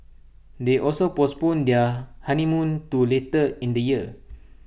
they also postponed their honeymoon to later in the year